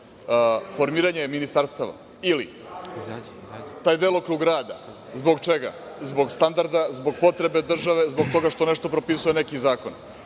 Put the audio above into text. formiranju ministarstava ili taj delokrug rada. Zbog čega? Zbog standarda, zbog potrebe države, zbog toga što nešto propisuje neki zakon.